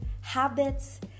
habits